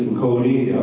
cody